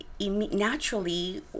naturally